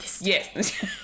Yes